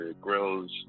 grills